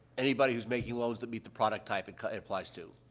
anybody who's making loans that meet the product type and it applies to.